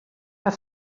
her